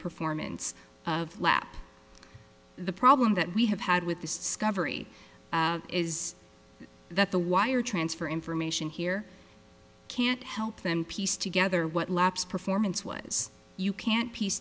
performance of lap the problem that we have had with the sky every is that the wire transfer information here can't help them piece together what lapse performance was you can't piece